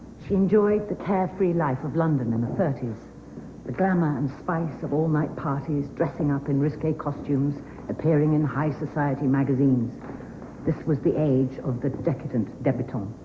she enjoyed the carefree life of london in the thirty s the glamour and spice of all-night parties dressing up in risque costumes appearing in high society magazines this was the age of the decadent debutant